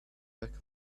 back